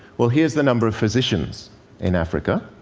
well, here's the number of physicians in africa.